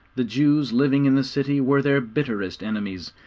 the jews living in the city were their bitterest enemies,